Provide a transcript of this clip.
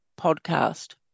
podcast